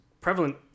prevalent